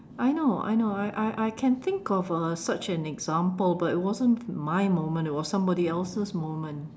I know I know I I I can think of uh such an example but it wasn't my moment it was somebody else's moment